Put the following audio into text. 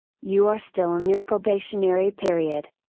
you are still in your probationary period.